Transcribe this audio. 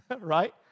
right